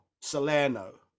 salerno